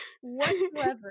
whatsoever